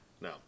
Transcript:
No